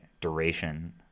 duration